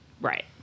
Right